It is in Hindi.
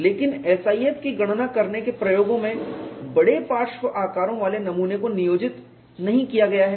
लेकिन SIF की गणना करने के प्रयोगों में बड़े पार्श्व आकारों वाले नमूने को नियोजित नहीं किया गया है